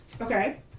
Okay